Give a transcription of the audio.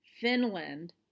Finland